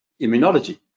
immunology